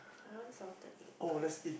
I want salted egg crab